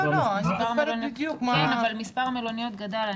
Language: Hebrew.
מספר המלוניות גדל.